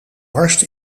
barst